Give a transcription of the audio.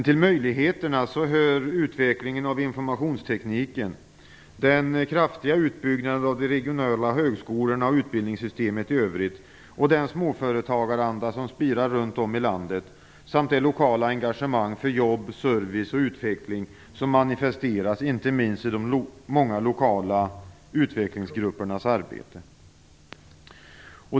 Till möjligheterna hör utvecklingen av informationstekniken, den kraftiga utbyggnaden av de regionala högskolorna och utbildningssystemet i övrigt, den småföretagaranda som spirar runt om i landet samt det lokala engagemang för jobb, service och utveckling som manifesteras, inte minst i de många lokala utvecklingsgruppernas arbete.